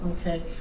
Okay